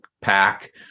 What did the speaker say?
pack